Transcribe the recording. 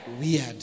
Weird